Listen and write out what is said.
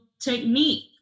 technique